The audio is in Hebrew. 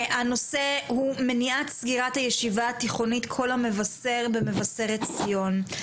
הנושא הוא מניעת סגירת הישיבה התיכונית "קול המבשר" במבשרת ציון.